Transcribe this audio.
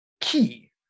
key